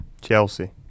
Chelsea